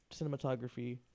cinematography